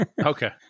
Okay